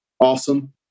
awesome